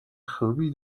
خوبی